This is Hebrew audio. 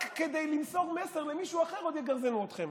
רק כדי למסור מסר למישהו אחר עוד יגרזנו אתכם.